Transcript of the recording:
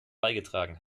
beigetragen